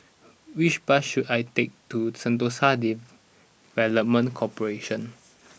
which bus should I take to Sentosa Development Corporation